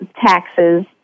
taxes